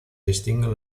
distinguen